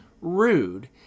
rude